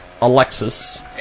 Alexis